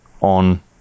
on